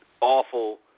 awful